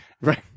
Right